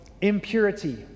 impurity